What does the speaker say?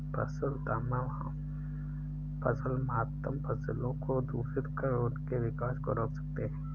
फसल मातम फसलों को दूषित कर उनके विकास को रोक सकते हैं